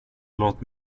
låt